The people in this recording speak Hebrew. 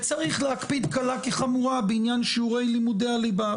וצריך להקפיד קלה כחמורה בעניין שיעורי לימודי הליבה,